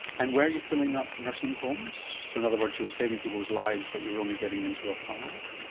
and were you filling up nursing homes, so in other words you were saving people's lives but you were only getting them to a five?